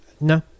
No